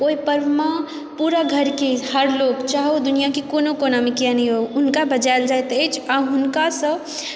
ओहि पर्वमे पूरा घरके हर लोग चाहे ओ दुनिआँके कोनो कोनमे किएक ने होथि हुनका बजायल जाइत अछि आओर हुनकासँ